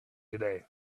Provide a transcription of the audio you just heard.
today